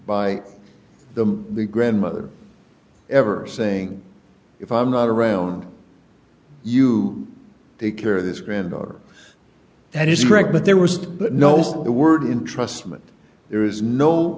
by them the grandmother ever saying if i'm not around you take care of this granddaughter that is correct but there was no the word in trust me there is no